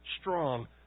strong